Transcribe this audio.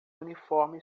uniforme